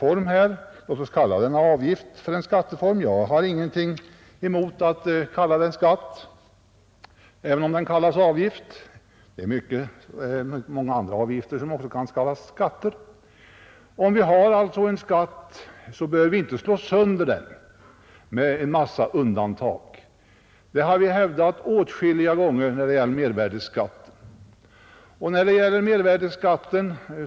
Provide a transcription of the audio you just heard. Om vi har en skatteform — jag har ingenting emot att kalla den skatt även om den här kallas avgift, många andra avgifter kan också kallas skatter — behöver vi inte slå sönder den med en massa undantag. Det har vi hävdat åtskilliga gånger när det gäller mervärdeskatten.